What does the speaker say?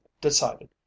decided